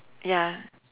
ya